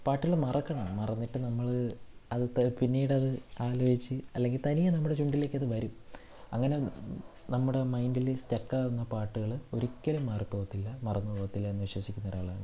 പാട്ടുകൾ മറക്കണം മറന്നിട്ട് നമ്മൾ അത് പിന്നീടത് ആലോചിച്ച് അല്ലെങ്കിൽ തനിയെ നമ്മുടെ ചുണ്ടിലേക്കത് വരും അങ്ങനെ നമ്മുടെ മൈൻഡിൽ സ്റ്റക്കാവുന്ന പാട്ടുകൾ ഒരിക്കലും മാറി പോകത്തില്ല മറന്ന് പോകത്തില്ല എന്ന് വിശ്വസിക്കുന്ന ഒരാളാണ് ഞാൻ